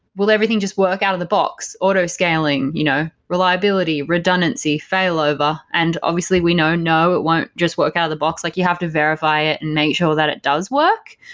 will everything just work out of the box? auto-scaling. you know reliability. redundancy. failover. and obviously, we know no, it won't just work out of the box. like you have to verify it and make sure that it does work,